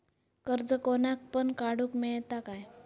कर्ज कोणाक पण काडूक मेलता काय?